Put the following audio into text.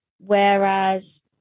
whereas